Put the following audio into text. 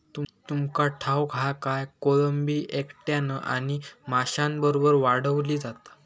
तुमका ठाऊक हा काय, कोळंबी एकट्यानं आणि माशांबरोबर वाढवली जाता